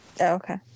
Okay